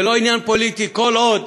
זה לא עניין פוליטי, כל עוד